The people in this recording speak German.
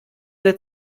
der